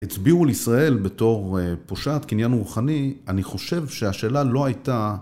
הצביעו לישראל בתור פושעת קניין רוחני, אני חושב שהשאלה לא הייתה...